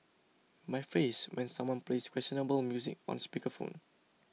my face when someone plays questionable music on speaker phone